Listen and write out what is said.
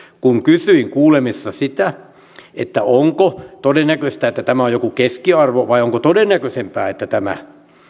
kun kysyin kuulemisissa sitä onko todennäköistä että tämä on joku keskiarvo vai onko todennäköisempää että tämä